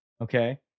okay